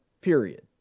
period